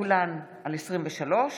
כולן בכנסת עשרים-ושלוש,